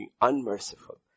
unmerciful